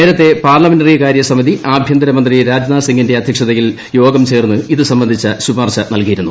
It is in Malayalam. നേരത്തെ പാർലമെന്ററികാര്യ സമിതി ആഭ്യന്തരമന്ത്രി രാജ്നാഥ് സിംഗിന്റെ അധ്യക്ഷതയിൽ യോഗം ചേർന്ന് ഇത് സംബന്ധിച്ച ശുപാർശ നൽകിയിരുന്നു